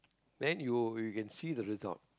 then you will you can see the result